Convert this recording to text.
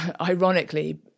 ironically